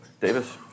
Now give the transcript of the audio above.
Davis